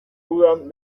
udan